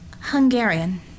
Hungarian